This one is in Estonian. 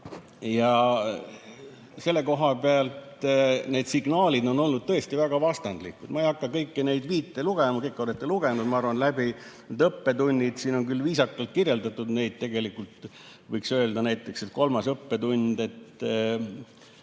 Selle koha pealt need signaalid on olnud tõesti väga vastandlikud. Ma ei hakka kõiki neid viite ette lugema, kõik olete läbi lugenud, ma arvan. Need õppetunnid siin on küll viisakalt kirjeldatud. Tegelikult võiks öelda näiteks, et kolmanda õppetunni võiks